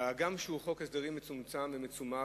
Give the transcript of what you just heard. והגם שהוא חוק הסדרים מצומצם ומצומק,